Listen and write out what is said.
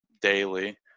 daily